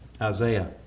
Isaiah